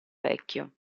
vecchio